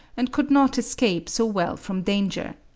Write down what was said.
and could not escape so well from danger.